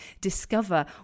discover